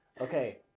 okay